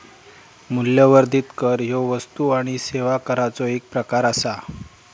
मूल्यवर्धित कर ह्यो वस्तू आणि सेवा कराचो एक प्रकार आसा